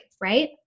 right